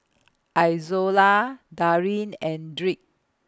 Izola Darleen and Dirk